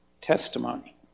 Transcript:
testimony